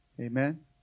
amen